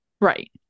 Right